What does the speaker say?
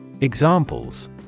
Examples